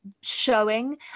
showing